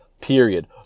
period